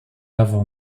avant